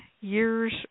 years